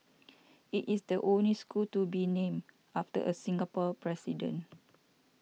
it is the only school to be named after a Singapore president